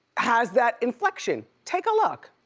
has that inflection. take a look.